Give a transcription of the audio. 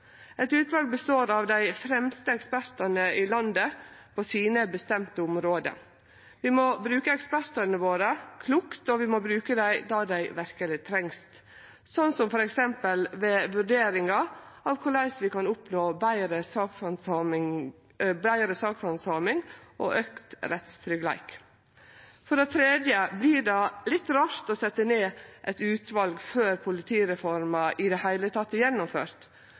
Eit utval består av dei fremste ekspertane i landet på sine bestemde område. Vi må bruke ekspertane våre klokt, og vi må bruke dei der dei verkeleg trengst, sånn som f.eks. ved vurderingar av korleis vi kan oppnå betre sakshandsaming og auka rettstryggleik. For det tredje vert det litt rart å setje ned eit utval før politireforma i det heile er gjennomført.